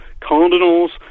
cardinals